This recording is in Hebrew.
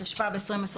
התשפ"ב-2021